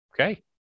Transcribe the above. Okay